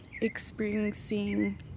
experiencing